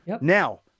Now